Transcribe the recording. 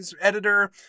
editor